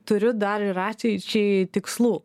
turiu dar ir ateičiai tikslų